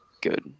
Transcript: good